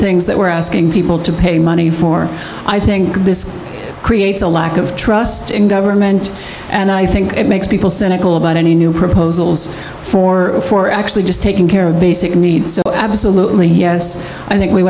things that we're asking people to pay money for i think this creates a lack of trust in government and i think it makes people cynical about any new proposals for for actually just taking care of basic needs absolutely yes i think we